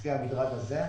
לפי המדרג הזה.